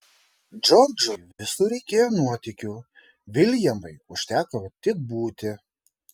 džordžui visur reikėjo nuotykių viljamui užteko tik būti